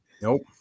Nope